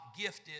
gifted